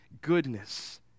goodness